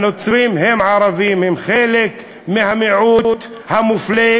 הנוצרים הם ערבים, הם חלק מהמיעוט המופלה,